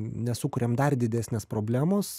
nesukuriam dar didesnės problemos